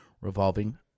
revolving